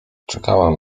czekałam